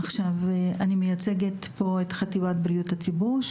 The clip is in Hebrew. אני מייצגת פה את חטיבת בריאות הציבור.